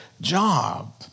job